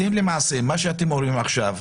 מה שאתם אומרים עכשיו,